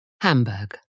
Hamburg